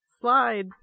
Slide